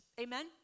Amen